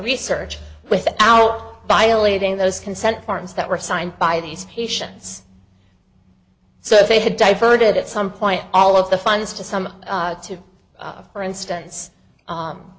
research with our violating those consent forms that were signed by these patients so if they had diverted at some point all of the funds to some to for instance